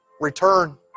Return